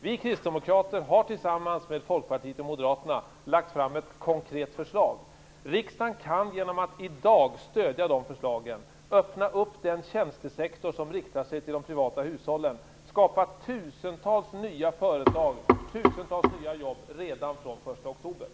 Vi kristdemokrater har tillsammans med Folkpartiet och Moderaterna lagt fram ett konkret förslag. Riksdagen kan, genom att i dag stödja det förslaget, öppna den tjänstesektor som riktar sig till de privata hushållen och skapa tusentals nya företag och tusentals nya jobb redan från den 1